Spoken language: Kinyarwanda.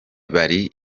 bari